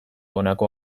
honako